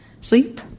sleep